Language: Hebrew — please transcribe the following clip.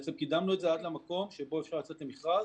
קידמנו את זה עד למקום שבו אפשר לצאת למכרז,